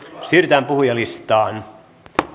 siirrytään puhujalistaan